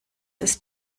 ist